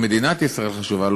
"שמדינת ישראל חשובה לו",